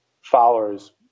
followers